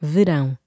Verão